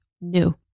new